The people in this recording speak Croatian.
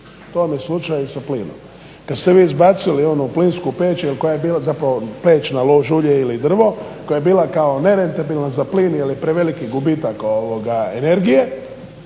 To vam je slučaj s plinom. Kada ste vi izbacili onu plinsku peć ili koja je bila peć na lož ulje ili drvo koja je bila kao nerentabilna za plin jer je preveliki gubitak energije